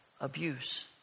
abuse